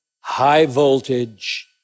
high-voltage